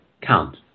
count